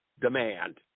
demand